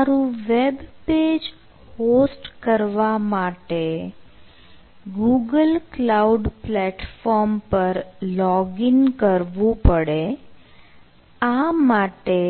તમારું webpage host કરવા માટે ગૂગલ ક્લાઉડ પ્લેટફોર્મ પર લોગ ઈન કરવું પડે આ માટે